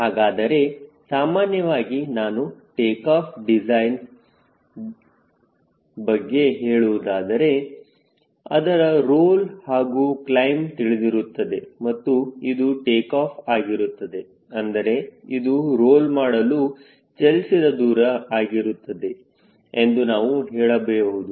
ಹಾಗಾದರೆ ಸಾಮಾನ್ಯವಾಗಿ ನಾನು ಟೇಕಾಫ್ ಡಿಸ್ಟೆನ್ಸ್ ದೂರ ಬಗ್ಗೆ ಹೇಳುವುದಾದರೆ ಅದರ ರೋಲ್ ಹಾಗೂ ಕ್ಲೈಮ್ ತಿಳಿದಿರುತ್ತದೆ ಮತ್ತುಇದು ಟೇಕಾಫ್ ಆಗಿರುತ್ತದೆ ಅಂದರೆ ಇದು ರೋಲ್ ಮಾಡಲು ಚಲಿಸಿದ ದೂರ ಆಗಿರುತ್ತದೆ ಎಂದು ನಾವು ಹೇಳಬಹುದು